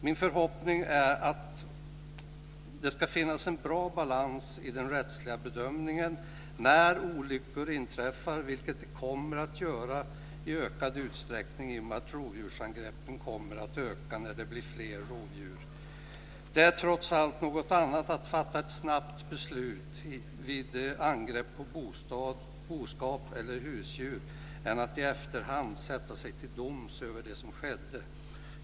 Min förhoppning är att det ska finnas en bra balans i den rättsliga bedömningen när olyckor inträffar, vilket det kommer att göra i ökad utsträckning i och med att rovdjursangreppen kommer att öka när det blir fler rovdjur. Det är trots allt något annat att fatta ett snabbt beslut vid angrepp på boskap eller husdjur än att i efterhand sätta sig till doms över det som skedde.